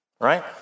right